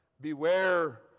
beware